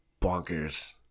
bonkers